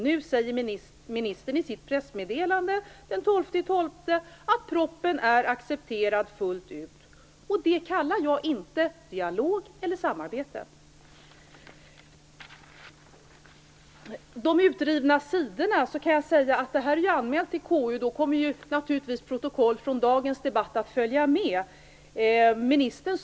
Nu säger ministern i sitt pressmeddelande den 12 december att propositionen är accepterad fullt ut. Det kallar jag inte dialog eller samarbete. När det gäller de urrivna sidorna kan jag tala om att detta är anmält till KU. Naturligtvis kommer då protokollet från dagens debatt att följa anmälan.